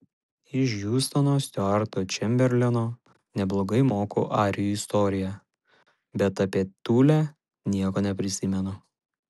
iš hiustono stiuarto čemberleno neblogai moku arijų istoriją bet apie tulę nieko neprisimenu